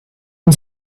and